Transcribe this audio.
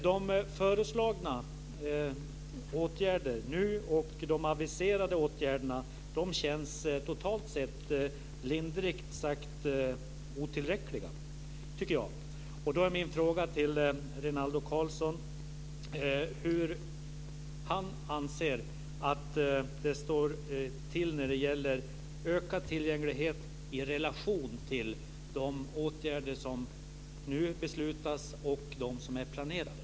De föreslagna åtgärderna och de aviserade åtgärderna känns totalt sett lindrigt sagt otillräckliga. Då är min fråga till Rinaldo Karlsson hur han anser att det står till när det gäller ökad tillgänglighet i relation till de åtgärder som det nu beslutas om och de som är planerade.